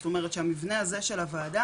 זאת אומרת שהמבנה הזה של הוועדה,